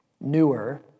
Newer